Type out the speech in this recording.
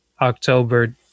october